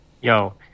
Yo